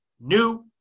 New